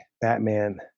Batman